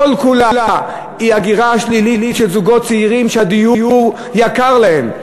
כל כולה היא הגירה שלילית של זוגות צעירים שהדיור יקר להם.